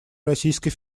российской